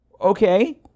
Okay